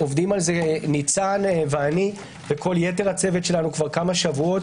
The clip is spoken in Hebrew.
עובדים על זה ניצן ואני ויתר הצוות שלנו כמה שבועות